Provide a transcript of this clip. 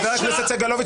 (חבר הכנסת יואב סגלוביץ